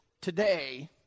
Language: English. Today